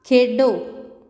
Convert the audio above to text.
ਖੇਡੋ